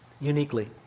uniquely